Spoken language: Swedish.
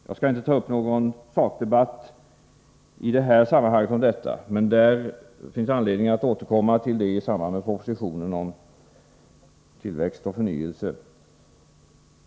Jag skall inte ta upp någon sakdebatt i det här sammanhanget om detta. Det finns anledning att återkomma till det i samband med propositionen om tillväxt och förnyelse.